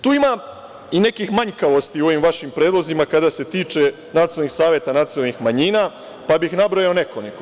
Tu ima i nekih manjkavosti u ovim vašim predlozima kada se tiče nacionalnih saveta nacionalnih manjina, pa bih nabrojao nekoliko.